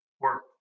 work